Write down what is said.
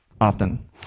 Often